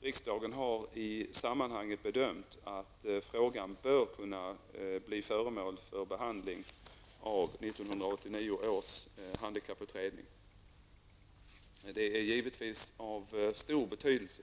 Riksdagen har i sammanhanget bedömt att frågan bör kunna bli föremål för behandling av 1989 års handikapputredning. Det är givetvis av stor betydelse